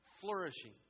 flourishing